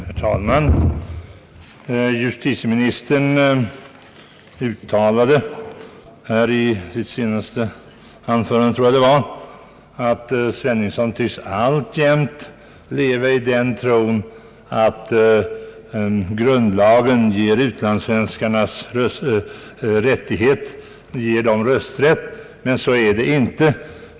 Herr talman! Justitieministern uttalade att jag alltjämt tycks leva kvar i den tron att grundlagen ger utlandssvenskarna rösträtt. Men så är det inte, sade han.